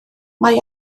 mae